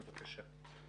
בבקשה.